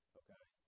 okay